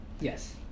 Yes